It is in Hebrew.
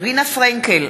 רינה פרנקל,